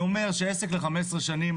אני אומר שעסק ל-15 שנה,